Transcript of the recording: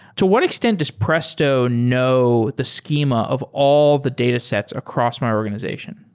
to what extent this presto know the schema of all the datasets across my organization?